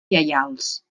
lleials